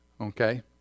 Okay